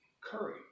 curry